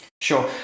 Sure